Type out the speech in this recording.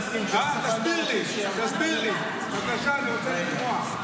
תסביר לי, תסביר לי, בבקשה, אני רוצה לשמוע.